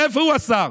איפה הוא, השר?